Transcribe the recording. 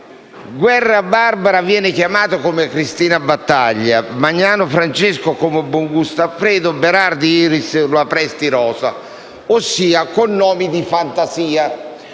Guerra Barbara viene chiamata come Cristina Battaglia, Magnano Francesco come Buongusto Alfredo, Berardi Iris come Lo Presti Rosa, ossia con nomi di fantasia